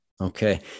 Okay